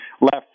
left